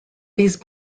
these